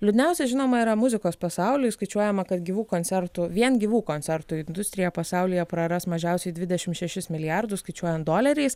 liūdniausia žinoma yra muzikos pasauliui skaičiuojama kad gyvų koncertų vien gyvų koncertų industrija pasaulyje praras mažiausiai dvidešimt šešis milijardus skaičiuojant doleriais